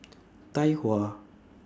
Tai Hua